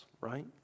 right